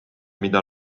mida